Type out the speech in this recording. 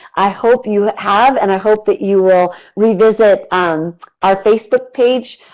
i hope you have and i hope but you will revisit um our facebook page,